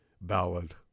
ballad